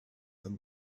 them